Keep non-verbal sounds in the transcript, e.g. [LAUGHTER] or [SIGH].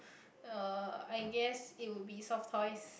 [BREATH] uh I guess it will be soft toys